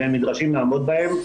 והם נדרשים לעמוד בהם.